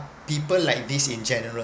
people like this in general